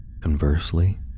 Conversely